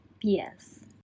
Yes